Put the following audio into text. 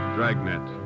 Dragnet